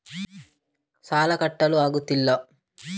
ಸಾಲ ಕಟ್ಟಲು ಆಗುತ್ತಿಲ್ಲ